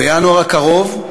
בינואר הקרוב,